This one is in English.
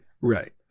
right